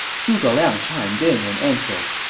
zhuge liang chimed in and answered,